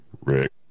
Rick